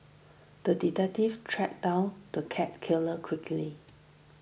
the detective tracked down the cat killer quickly